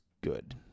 good